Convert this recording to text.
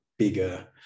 bigger